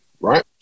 Right